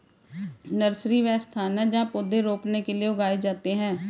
nursery, वह स्थान जहाँ पौधे रोपने के लिए उगाए जाते हैं